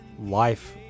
life